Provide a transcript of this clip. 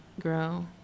grow